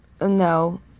No